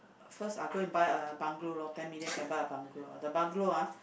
first are go and buy a bungalow lor ten million can buy a bungalow the bungalow ah